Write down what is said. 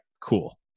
cool